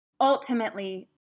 Ultimately